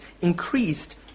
increased